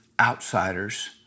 outsiders